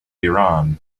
iran